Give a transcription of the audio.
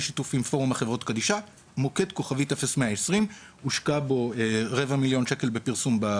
בשיתוף עם פורום חברות קדישא: מוקד כוכבית 0120. בשנה האחרונה הושקעו בו רבע מיליון שקל בפרסום.